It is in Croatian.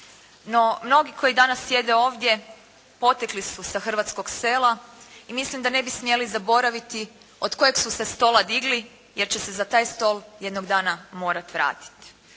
No, mnogi koji danas sjede ovdje potekli su sa hrvatskog sela i mislim da ne bi smjeli zaboraviti od kojeg su se stola digli jer će se za taj stol jednog dana morati vratiti.